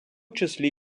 числі